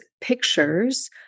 pictures